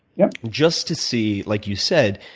yeah just to see, like you said,